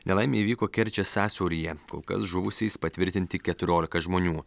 nelaimė įvyko kerčės sąsiauryje kol kas žuvusiais patvirtinti keturiolika žmonių